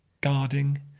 guarding